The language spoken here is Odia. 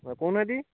ହଁ କହୁନାହାନ୍ତି